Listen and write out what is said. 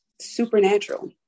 supernatural